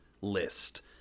list